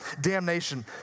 damnation